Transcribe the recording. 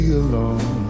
alone